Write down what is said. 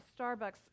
Starbucks